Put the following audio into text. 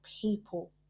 people